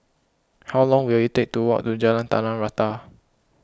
how long will it take to walk to Jalan Tanah Rata